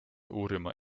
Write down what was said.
uurima